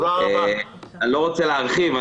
אני לא רוצה להרחיב.